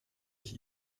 ich